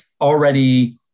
already